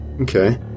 okay